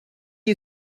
you